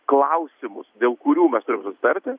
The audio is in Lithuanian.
klausimus dėl kurių mes turim susitarti